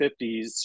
50s